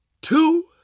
two